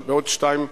עוד שתיים,